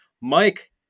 Mike